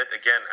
again